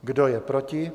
Kdo je proti?